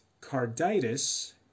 carditis